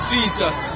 Jesus